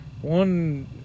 one